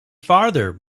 farther